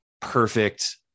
perfect